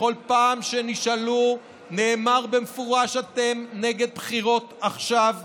בכל פעם ששאלו נאמר במפורש שאתם נגד בחירות עכשיו,